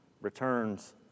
returns